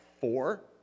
four